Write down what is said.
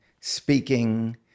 speaking